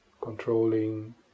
controlling